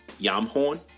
Yamhorn